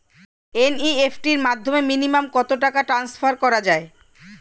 NEFT র মাধ্যমে minimum কত টাকা টান্সফার করা যায়?